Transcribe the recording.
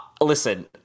listen